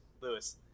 Lewis